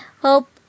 hope